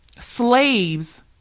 slaves